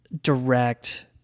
direct